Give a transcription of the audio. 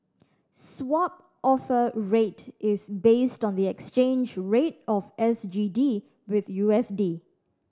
Swap Offer Rate is based on the exchange rate of S G D with U S D